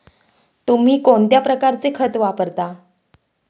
तुम्ही कोणत्या प्रकारचे खत वापरता?